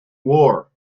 war